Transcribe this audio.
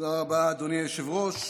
תודה רבה, אדוני היושב-ראש,